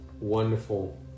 wonderful